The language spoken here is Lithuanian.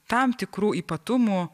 tam tikrų ypatumų